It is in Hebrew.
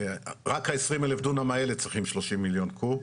רק העשרים דונם האלה צריכים שלושים מיליון קוב.